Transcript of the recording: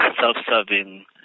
self-serving